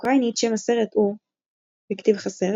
באוקראינית שם הסרט הוא Шттл בכתיב חסר,